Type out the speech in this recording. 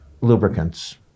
lubricants